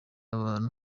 abantu